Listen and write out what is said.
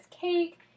cake